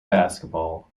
basketball